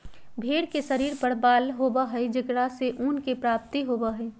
भेंड़ के शरीर पर बाल होबा हई जेकरा से ऊन के प्राप्ति होबा हई